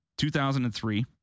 2003